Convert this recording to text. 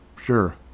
sure